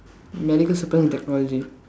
medical supply and technology